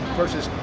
versus